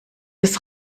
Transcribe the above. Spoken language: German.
des